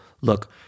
look